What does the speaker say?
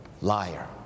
liar